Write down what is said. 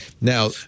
Now